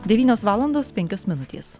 devynios valandos penkios minutės